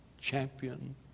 Champion